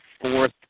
fourth